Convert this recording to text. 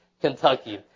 Kentucky